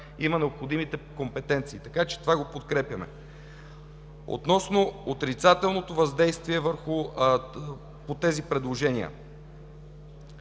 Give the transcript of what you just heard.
има необходимите компетенции. Това го подкрепяме. Относно отрицателното въздействие – предложенията